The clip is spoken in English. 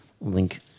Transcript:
link